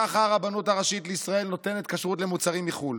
ככה הרבנות הראשית לישראל נותנת כשרות למוצרים מחו"ל.